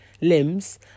limbs